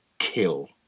kill